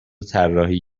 طراحی